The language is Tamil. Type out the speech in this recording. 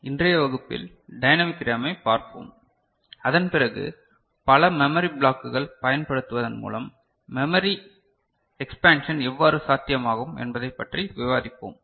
இன்றைய வகுப்பில் டைனமிக் ரேமைப் பார்ப்போம் அதன் பிறகு பல மெமரி பிளாக்குகள் பயன்படுத்துவதன் மூலம் மெமரி எக்ஸ்பேன்ஷன் எவ்வாறு சாத்தியமாகும் என்பதைப் பற்றி விவாதிப்போம்